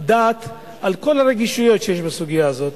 דעתה על כל הרגישויות שיש בסוגיה הזאת.